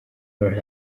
her